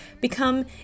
become